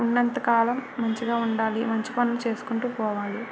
ఉన్నంత కాలం మంచిగా ఉండాలి మంచి పనులు చేసుకుంటు పోవాలి